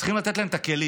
צריכים לתת להן את הכלים.